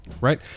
right